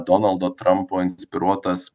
donaldo trampo inspiruotas